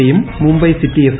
സിയും Mumbai City F